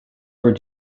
were